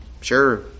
sure